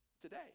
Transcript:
today